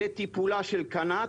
לטיפולה של קנ"ט,